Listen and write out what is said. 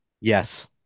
Yes